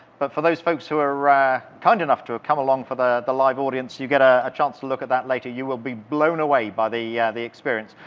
but for those folks who are kind enough to have ah come along for the the live audience, you get a ah chance to look at that later, you will be blown away by the yeah the experience.